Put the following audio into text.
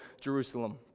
Jerusalem